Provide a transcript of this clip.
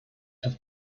have